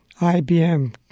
IBM